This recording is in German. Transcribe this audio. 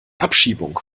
abschiebung